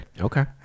Okay